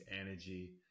energy